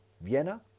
Vienna